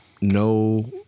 No